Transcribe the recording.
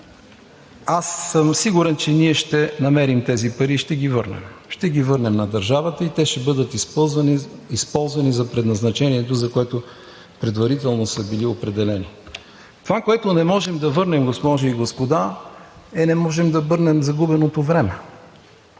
Аз съм сигурен, че ние ще намерим тези пари и ще ги върнем, ще ги върнем на държавата и те ще бъдат използвани за предназначението, за което предварително са били определени. Това, което не можем да върнем, госпожи и господа, е не можем да върнем загубеното време